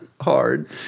hard